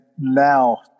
now